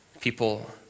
People